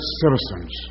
citizens